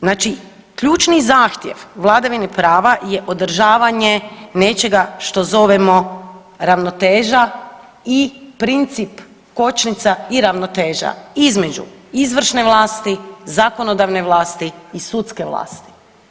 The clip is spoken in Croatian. Znači ključni zahtjev vladavine prava je održavanje nečega što zovemo ravnoteža i princip, kočnica i ravnoteža između izvršne vlasti, zakonodavne vlasti i sudske vlasti.